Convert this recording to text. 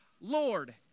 Lord